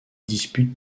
dispute